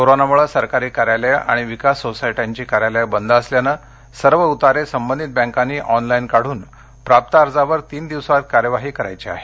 कोरोनामुळे सरकारी कार्यालये आणि विकास सोसायट्यांची कार्यालये बंद असल्याने सर्व उतारे संबंधित बँकांनी ऑनलाइन काढून प्राप्त अर्जावर तीन दिवसांत कार्यवाही करायची आहे